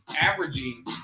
averaging